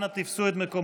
אנא תפסו את מקומותיכם.